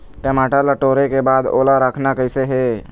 टमाटर ला टोरे के बाद ओला रखना कइसे हे?